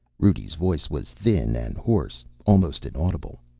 rudi's voice was thin and hoarse, almost inaudible.